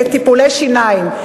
לטיפולי שיניים.